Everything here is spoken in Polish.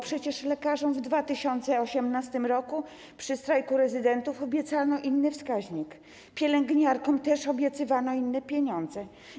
Przecież lekarzom w 2018 r. przy strajku rezydentów obiecano inny wskaźnik, pielęgniarkom też obiecywano inne pieniądze.